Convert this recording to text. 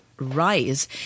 rise